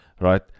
Right